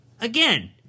Again